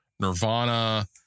Nirvana